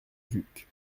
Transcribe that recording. duc